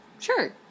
Sure